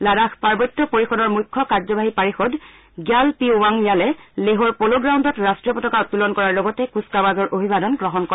লাডাখ পাৰ্বত্য পৰিষদৰ মুখ্য কাৰ্যবাহী পাৰিষদ জ্ঞাল পি ৱাং য়ালে লেহৰ প'ল' গ্ৰাউণ্ডত ৰাষ্ট্ৰীয় পতাকা উণ্ডোলন কৰাৰ লগতে কূচকাৱাজৰ অভিবাদন গ্ৰহণ কৰে